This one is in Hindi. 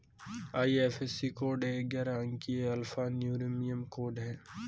आई.एफ.एस.सी कोड एक ग्यारह अंकीय अल्फा न्यूमेरिक कोड है